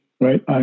right